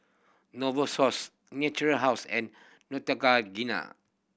Novosource Natura House and Neutrogena